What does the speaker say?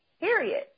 period